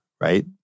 right